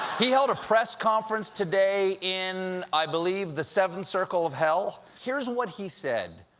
he held a press conference today in, i believe, the seventh circle of hell. here's what he said.